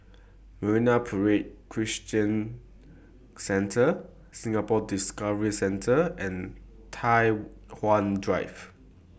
Marine Parade Christian Centre Singapore Discovery Centre and Tai Hwan Drive